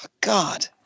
God